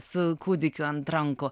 su kūdikiu ant rankų